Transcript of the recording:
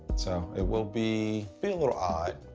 so, it will be be a little odd.